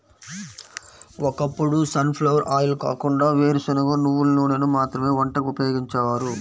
ఒకప్పుడు sunflower oil కాకుండా వేరుశనగ, నువ్వుల నూనెను మాత్రమే వంటకు ఉపయోగించేవారు